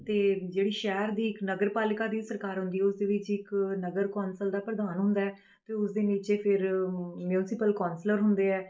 ਅਤੇ ਜਿਹੜੀ ਸ਼ਹਿਰ ਦੀ ਇੱਕ ਨਗਰ ਪਾਲਿਕਾ ਦੀ ਸਰਕਾਰ ਹੁੰਦੀ ਹੈ ਉਸ ਦੇ ਵਿੱਚ ਇੱਕ ਨਗਰ ਕੌਂਸਲ ਦਾ ਪ੍ਰਧਾਨ ਹੁੰਦਾ ਹੈ ਅਤੇ ਉਸ ਦੇ ਨੀਚੇ ਫਿਰ ਮਿਉਂਸਿਪਲ ਕੌਂਸਲਰ ਹੁੰਦੇ ਹੈ